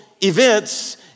events